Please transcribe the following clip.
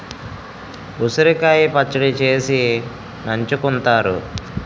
ఉసిరికాయ పచ్చడి చేసి నంచుకుంతారు